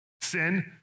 sin